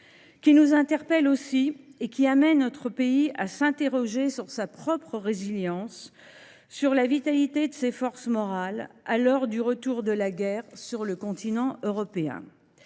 qui nous interpellent, aussi, et qui amènent notre pays à s’interroger sur sa propre résilience et sur la vitalité de ses forces morales à l’heure du retour de la guerre sur le continent européen.